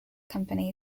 company